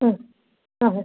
ഉം ആ ആ